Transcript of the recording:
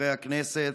חברי הכנסת,